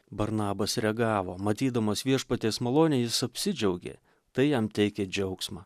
barnabas reagavo matydamas viešpaties malonę jis apsidžiaugė tai jam teikė džiaugsmą